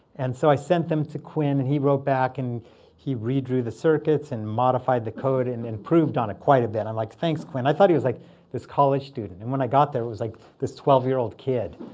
and so i sent them to quinn. and he wrote back. and he redrew the circuits and modified the code and improved on it quite a bit. i'm like, thanks, quinn. i thought he was like this college student. and when i got there it was like this twelve year old kid.